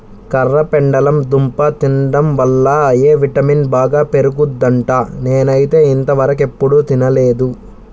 కర్రపెండలం దుంప తింటం వల్ల ఎ విటమిన్ బాగా పెరుగుద్దంట, నేనైతే ఇంతవరకెప్పుడు తినలేదు